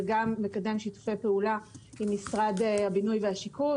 וגם מקדם שיתופי פעולה עם משרד הבינוי והשיכון,